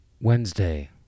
Wednesday